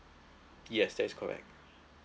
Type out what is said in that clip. yes that is correct